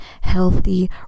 healthy